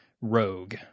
rogue